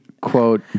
quote